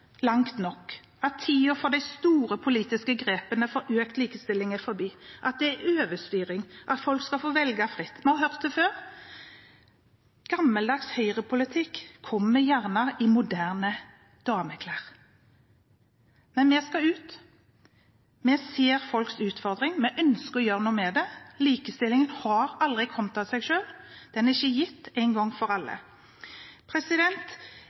langt nok, at tiden for de store politiske grepene for økt likestilling er forbi, at det er overstyring, og at folk skal få velge fritt. Vi har hørt det før. Gammeldags høyrepolitikk kommer ofte i moderne dameklær. Men vi skal ut. Vi ser folks utfordringer. Vi ønsker å gjøre noe med dem. Likestillingen har aldri kommet av seg selv, den er ikke gitt en gang for alle.